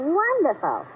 wonderful